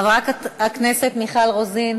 חברת הכנסת מיכל רוזין,